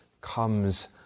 comes